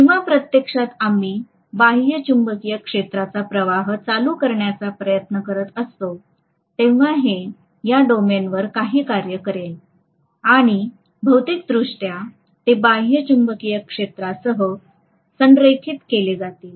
जेव्हा प्रत्यक्षात आम्ही बाह्य चुंबकीय क्षेत्राचा प्रवाह चालू करण्याचा प्रयत्न करीत असतो तेव्हा हे या डोमेनवर काही कार्य करेल आणि भौतिकदृष्ट्या ते बाह्य चुंबकीय क्षेत्रासह संरेखित केले जातील